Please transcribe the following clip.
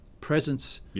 presence